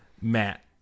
Matt